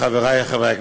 חברי חברי הכנסת,